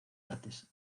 artes